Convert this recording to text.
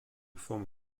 forme